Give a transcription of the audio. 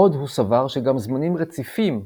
עוד הוא סבר שגם זמנים רציפים,